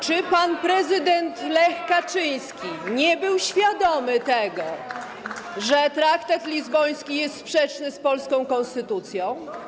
Czy pan prezydent Lech Kaczyński nie był świadomy tego, że traktat lizboński jest sprzeczny z polską konstytucją?